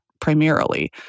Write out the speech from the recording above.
primarily